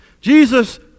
Jesus